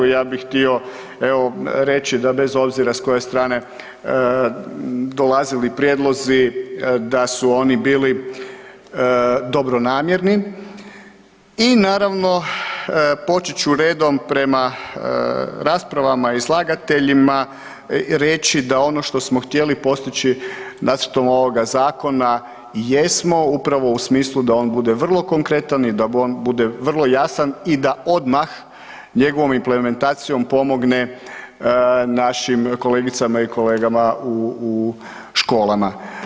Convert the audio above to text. Ja bih htio, evo, reći da bez obzira s koje strane dolazili prijedlozi, da su oni bili dobronamjerni i naravno, počet ću redom prema raspravama izlagateljima, reći da ono što smo htjeli postići nacrtom ovoga zakona jesmo, upravo u smislu da on bude vrlo konkretan i da on bude vrlo jasan i da odmah njegovom implementacijom pomogne našim kolegicama i kolegama u školama.